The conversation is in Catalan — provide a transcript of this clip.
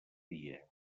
dia